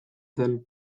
zen